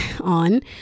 on